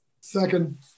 Second